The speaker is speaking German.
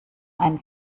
einen